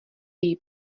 její